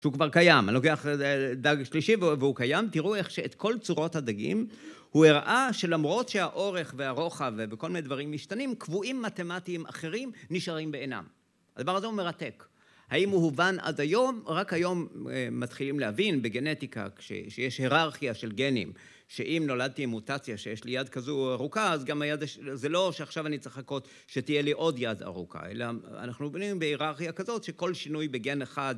שהוא כבר קיים, אני לוקח דג שלישי והוא קיים, תראו איך שאת כל צורות הדגים, הוא הראה שלמרות שהאורך והרוחב וכל מיני דברים משתנים, קבועים מתמטיים אחרים נשארים בעינם. הדבר הזה הוא מרתק. האם הוא הובן עד היום? רק היום מתחילים להבין בגנטיקה, שיש היררכיה של גנים, שאם נולדתי עם מוטציה שיש לי יד כזו ארוכה, אז גם היד... זה לא שעכשיו אני צריך לחכות שתהיה לי עוד יד ארוכה, אלא אנחנו מבינים בהיררכיה כזאת שכל שינוי בגן אחד...